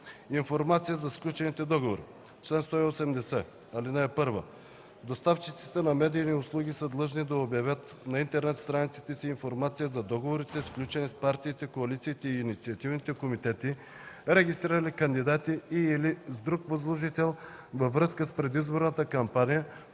„Информация за сключените договори